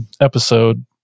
episode